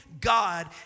God